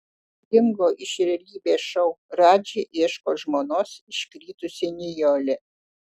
dingo iš realybės šou radži ieško žmonos iškritusi nijolė